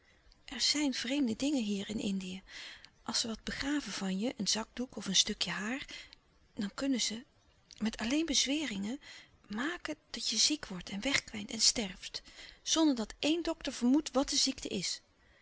er zijn vreemde dingen hier in indië als ze wat begraven van je een zakdoek of een stukje haar dan kunnen ze met alleen bezweringen maken dat je ziek louis couperus de stille kracht wordt en wegkwijnt en sterft zonderdat éen dokter vermoedt wat de ziekte is